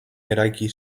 eraiki